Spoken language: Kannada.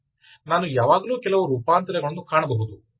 ನಾನು ಯಾವಾಗಲೂ ಕೆಲವು ರೂಪಾಂತರಗಳನ್ನು ಕಾಣಬಹುದು